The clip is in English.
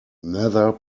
nether